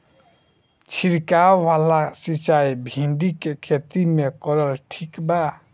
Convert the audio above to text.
छीरकाव वाला सिचाई भिंडी के खेती मे करल ठीक बा?